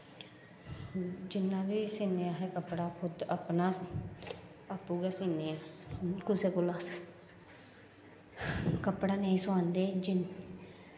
जि'यां बी सीन्ने अस कपड़ा खुज आपूं गै सीन्ने ऐं कुसै कोला दा अस कपड़ा नेईं सोआंदे जि'यां